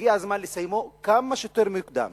הגיע הזמן לסיימו כמה שיותר מוקדם.